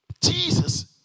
Jesus